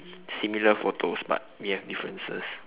similar photos but we have differences